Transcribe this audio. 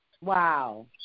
Wow